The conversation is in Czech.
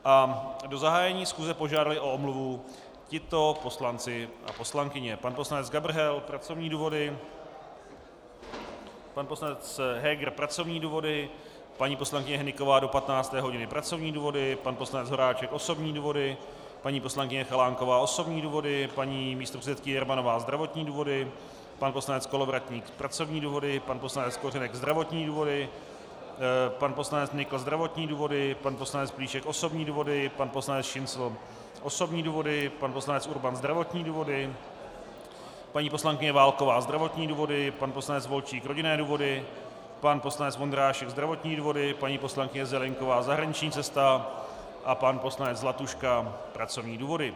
Chtěl bych vás informovat, že do zahájení schůze požádali o omluvu tito poslanci a poslankyně: pan poslanec Gabrhel pracovní důvody, pan poslanec Heger pracovní důvody, paní poslankyně Hnyková do 15. hodiny pracovní důvody, pan poslanec Horáček osobní důvody, paní poslankyně Chalánková osobní důvody, paní místopředsedkyně Jermanová zdravotní důvody, pan poslanec Kolovratník pracovní důvody, pan poslanec Kořenek zdravotní důvody, pan poslanec Nykl zdravotní důvody, pan poslanec Plíšek osobní důvody, pan poslanec Šincl osobní důvody, pan poslanec Urban zdravotní důvody, paní poslankyně Válková zdravotní důvody, pan poslanec Volčík rodinné důvody, pan poslanec Vondrášek zdravotní důvody, paní poslankyně Zelienková zahraniční cesta a pan poslanec Zlatuška pracovní důvody.